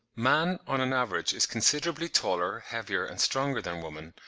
man on an average is considerably taller, heavier, and stronger than woman,